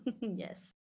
yes